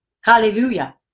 Hallelujah